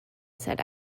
said